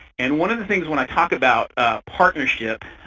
and one of the things when i talk about partnership,